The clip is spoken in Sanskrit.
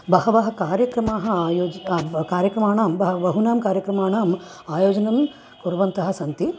बहवः कार्यक्रमाः आयोजि अब् कार्यक्रमाणां बह् बहूनां कार्यक्रमाणाम् आयोजनं कुर्वन्तः सन्ति